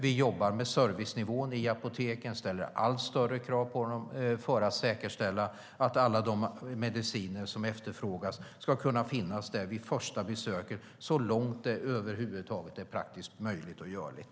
Vi jobbar med servicenivån i apoteken och ställer allt större krav på dem för att säkerställa att alla de mediciner som efterfrågas ska finnas där vid första besöket - så långt det över huvud taget är praktiskt möjligt och görligt.